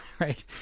Right